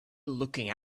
looking